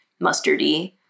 mustardy